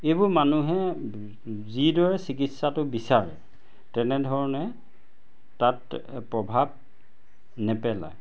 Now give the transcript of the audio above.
এইবোৰ মানুহে যিদৰে চিকিৎসাটো বিচাৰে তেনেধৰণে তাত প্ৰভাৱ নেপেলায়